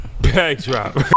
Backdrop